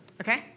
okay